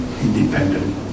independent